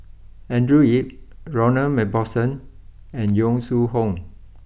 Andrew Yip Ronald Macpherson and Yong Shu Hoong